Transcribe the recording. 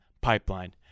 pipeline